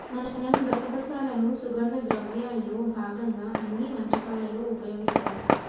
మనం గసగసాలను సుగంధ ద్రవ్యాల్లో భాగంగా అన్ని వంటకాలలో ఉపయోగిస్తారు